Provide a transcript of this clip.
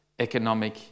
economic